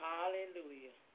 Hallelujah